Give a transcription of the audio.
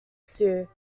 stew